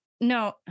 no